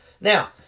Now